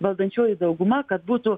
valdančioji dauguma kad būtų